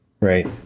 Right